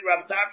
Rabbi